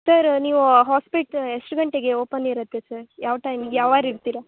sir ನೀವೂ ಹ್ವಾಸ್ಪೇಟ್ ಎಷ್ಟು ಗಂಟೆಗೆ ಓಪನ್ ಇರುತ್ತೆ ಸರ್ ಯಾವ ಟೈಮಿಗೆ ಯಾವಾಗ್ ಇರ್ತೀರ